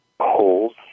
holes